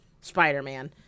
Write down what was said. spider-man